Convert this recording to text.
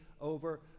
over